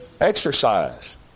Exercise